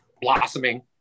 blossoming